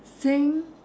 sing